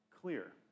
clear